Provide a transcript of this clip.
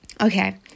okay